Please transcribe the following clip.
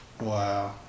Wow